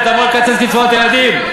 ותבוא לקצץ בקצבאות ילדים.